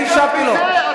אני השבתי לו.